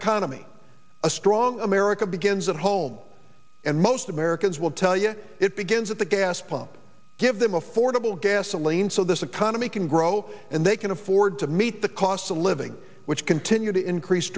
economy a strong america begins at home and most americans will tell you it begins at the gas pump give them affordable gasoline so this economy can grow and they can afford to meet the costs of living which continue to increase